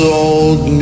old